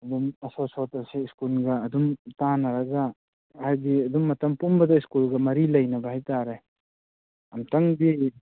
ꯑꯗꯨꯝ ꯑꯁꯣꯠ ꯁꯣꯠꯇꯁꯤ ꯁ꯭ꯀꯨꯜꯒ ꯑꯗꯨꯝ ꯇꯥꯟꯅꯔꯒ ꯍꯥꯏꯗꯤ ꯑꯗꯨꯝ ꯃꯇꯝ ꯄꯨꯝꯕꯗ ꯁ꯭ꯀꯨꯜꯒ ꯃꯔꯤ ꯂꯩꯅꯕ ꯍꯥꯏꯕ ꯇꯥꯔꯦ ꯑꯝꯇꯪꯗꯤ